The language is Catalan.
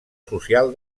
social